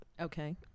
Okay